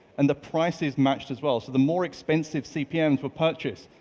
and the prices matched as well. so the more expensive cpms were purchase,